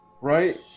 right